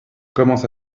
commence